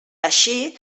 així